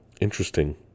Interesting